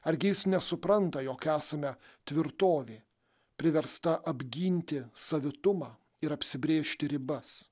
argi jis nesupranta jog esame tvirtovė priversta apginti savitumą ir apsibrėžti ribas